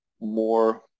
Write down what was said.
more